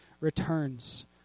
returns